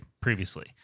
previously